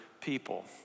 people